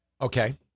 Okay